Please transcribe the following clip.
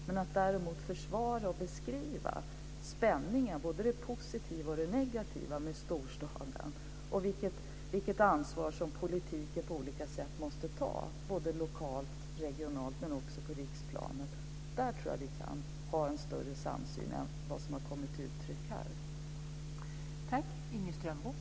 Däremot ska man försvara och beskriva spänningen, både den positiva och negativa, med storstaden och visa på vilket ansvar som politiken på olika sätt måste ta lokalt, regionalt och också på riksplanet. Där tror jag att vi kan ha en större samsyn än vad som kommit till uttryck här.